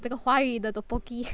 这个华语的 tteokbokki